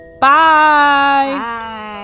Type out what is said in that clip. Bye